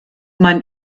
man